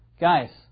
Guys